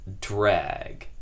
drag